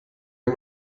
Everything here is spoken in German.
wir